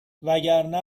وگرنه